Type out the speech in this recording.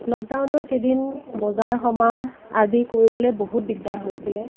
লকডাউনৰকেইদিন বজাৰ সমাৰ আদি কৰিবলৈ বহুত দিগদাৰ হৈছিলে